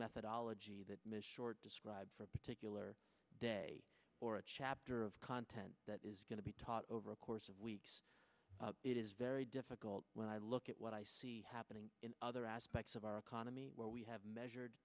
methodology that mission or describe for a particular day or a chapter of content that is going to be taught over a course of weeks it is very difficult when i look at what i see happening in other aspects of our economy where we have measured